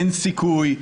אין סיכוי,